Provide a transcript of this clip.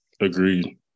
agreed